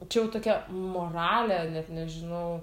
čia jau tokia moralė net nežinau